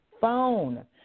phone